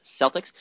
Celtics